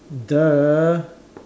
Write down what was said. !duh!